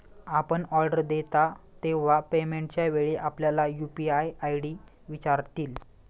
आपण ऑर्डर देता तेव्हा पेमेंटच्या वेळी आपल्याला यू.पी.आय आय.डी विचारतील